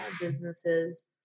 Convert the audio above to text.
businesses